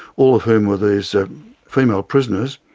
all of whom were these female prisoners.